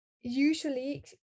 usually